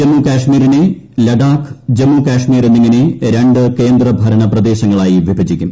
ജമ്മു കാശ്മീരിന്റെ ലിഡാക്ക് ജമ്മു കാശ്മീർ എന്നിങ്ങനെ രണ്ട് കേന്ദ്രഭരണപ്രദേ ശങ്ങളായി വിഭജിക്കും